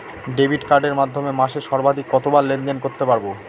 Debit কার্ডের মাধ্যমে মাসে সর্বাধিক কতবার লেনদেন করতে পারবো?